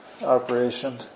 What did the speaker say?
operation